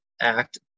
Act